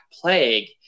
Plague